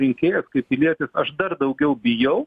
rinkėjas kaip pilietis aš dar daugiau bijau